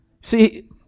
See